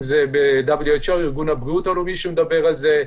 אם זה ב- WHO ארגון הבריאות העולמי שמדבר על זה,